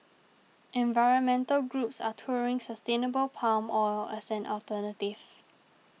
environmental groups are touting sustainable palm oil as an alternative